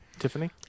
tiffany